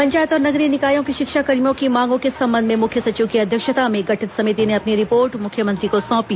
पंचायत और नगरीय निकायों के शिक्षाकर्मियों की मांगों के संबंध में मुख्य सचिव की अध्यक्षता में गठित समिति ने अपनी रिपोर्ट मुख्यमंत्री को सौंपी